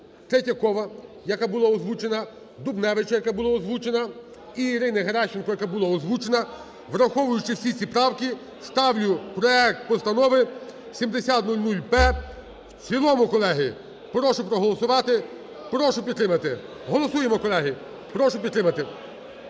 Третьякова, яка була озвучена, Дубневича, яка була озвучена і Ірини Геращенко, яка була озвучена. Враховуючи ці всі правки ставлю проект постанови 7000-П в цілому, колеги. Прошу проголосувати. Прошу підтримати. Голосуємо, колеги. Прошу підтримати